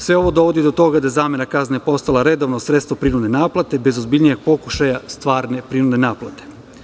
Sve ovo dovodi do toga da je zamena kazne postala redovno sredstvo prinudne naplate, bez ozbiljnijeg pokušaja stvarne prinudne naplate.